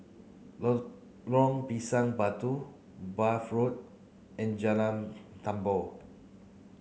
Pisang Batu Bath Road and Jalan Tambur